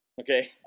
Okay